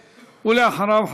ואחריו,